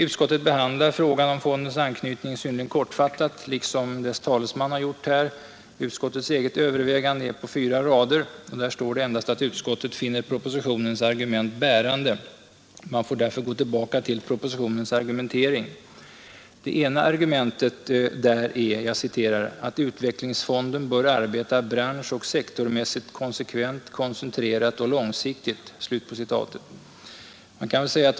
Utskottet behandlar frågan om fondens anknytning synnerligen kortfattat, liksom dess talesman här. Utskottets eget övervägande ryms på fyra rader. Där står det endast att utskottet finner propositionens argument bärande. Man får därför gå tillbaka till propositionens argumentering. Det ena argumentet där är att ”utvecklingsfonden bör arbeta branschoch sektormässigt konsekvent, koncentrerat och långsiktigt”.